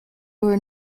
were